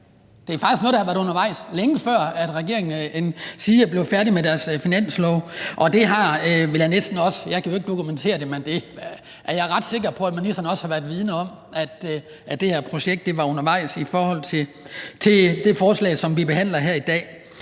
Det er faktisk noget, der har været undervejs, længe før regeringen er blevet færdig med deres finanslov. Jeg kan jo ikke dokumentere det, men jeg er ret sikker på, at ministeren i forhold til det forslag, som vi behandler her i dag,